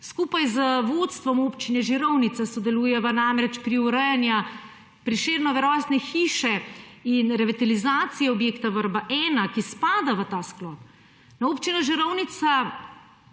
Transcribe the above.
Skupaj z vodstvom Občine Žirovnica sodelujeva namreč pri urejanju Prešernove rojstne hiše in revitalizacije objekta Vrba 1, ki spada v ta sklop. V občini Žirovnica